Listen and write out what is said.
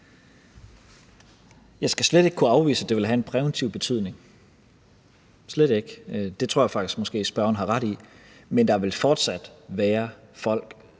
Jeg skal slet ikke kunne afvise, at det vil have en præventiv betydning – slet ikke. Det tror jeg faktisk spørgeren har ret i. Men der vil fortsat være folk,